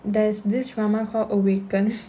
there's this drama call awaken